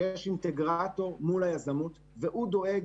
שיש אינטגרטור מול היזמות והוא דואג